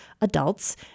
adults